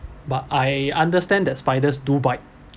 but I understand that spiders do bite